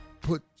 Put